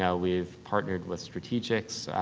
yeah we've partnered with strategic's,